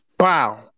Wow